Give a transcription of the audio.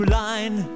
line